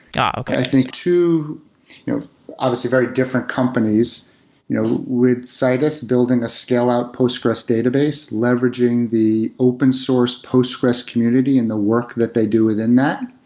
and okay. i think two you know obviously very different companies you know with citus building a scale out postgres database leveraging the open source postgres community and the work that they do within that,